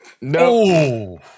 No